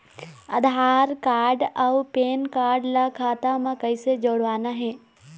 आधार card अऊ PAN card ला खाता म कइसे जोड़वाना हे?